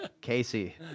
Casey